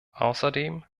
außerdem